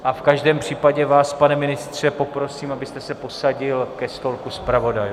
A v každém případě vás, pane ministře, poprosím, abyste se posadil ke stolku zpravodajů.